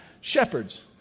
shepherds